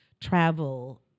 travel